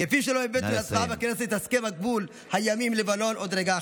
כפי שלא הבאתם להצבעה בכנסת את הסכם הגבול הימי עם לבנון,